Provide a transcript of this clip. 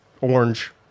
orange